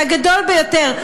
והגדול ביותר.